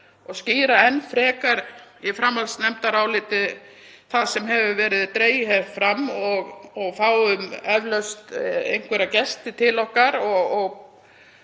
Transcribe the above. og skýra enn frekar í framhaldsnefndaráliti það sem hefur verið dregið hér fram og fáum eflaust einhverja gesti til okkar